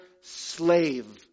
slave